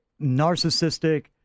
narcissistic